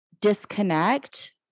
disconnect